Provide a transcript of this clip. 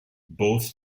both